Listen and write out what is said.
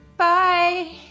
Bye